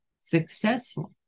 successful